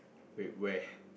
wait where